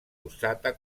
usata